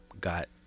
got